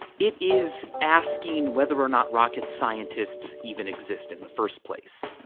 it is asking whether or not rocket scientists even exist in the first place.